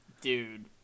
Dude